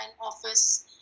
office